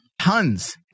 Tons